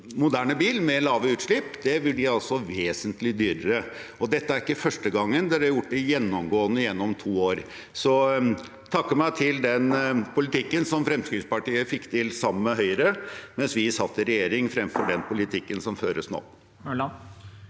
moderne bil med lave utslipp vil bli vesentlig dyrere. Dette er ikke første gangen, de har gjort det gjennomgående gjennom to år. Så takke meg til den politikken som Fremskrittspartiet fikk til sammen med Høyre mens vi satt i regjering, fremfor den politikken som føres nå.